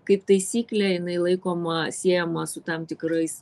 kaip taisyklė jinai laikoma siejama su tam tikrais